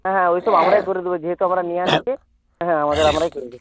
হ্যাঁ হ্যাঁ ওইসব আমরাই করে দেবো যেহেতু আমরা নিয়ে আসছি হ্যাঁ আমাদের আমরাই করে দেবো